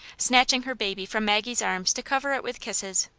snatching her baby from maggie's arms to cover it with kisses.